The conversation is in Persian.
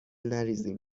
نریزیم